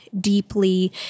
deeply